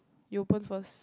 you open first